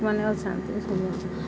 ବାହାରୁ ଲୋକମାନେ ଆସନ୍ତି ସମସ୍ତେ